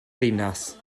ddinas